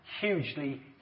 hugely